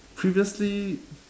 previously